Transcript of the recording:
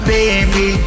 Baby